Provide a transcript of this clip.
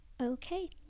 Okay